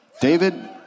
David